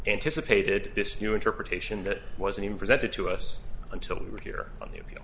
anticipated this new interpretation that wasn't presented to us until we were here on the appeal